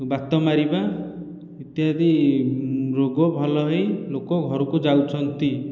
ବାତ ମାରିବା ଇତ୍ୟାଦି ରୋଗ ଭଲ ହେଇ ଲୋକ ଘରକୁ ଯାଉଛନ୍ତି